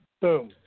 Boom